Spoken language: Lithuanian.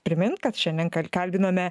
primint kad šiandien kalbinome